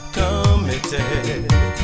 committed